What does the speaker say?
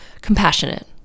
compassionate